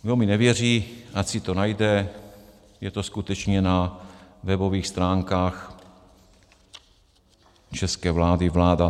Kdo mi nevěří, ať si to najde, je to skutečně na webových stránkách české vlády vlada.cz